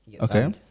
okay